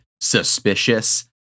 suspicious